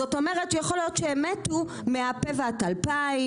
זאת אומרת שיכול להיות שהם מתו מהפה והטלפיים,